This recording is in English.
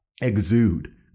exude